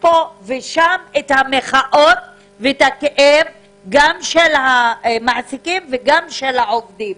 פה ושם את המחאות ואת הכאב גם של המעסיקים וגם של העובדים,